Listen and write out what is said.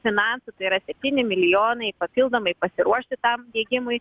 finansų tai yra septyni milijonai papildomai pasiruošti tam diegimui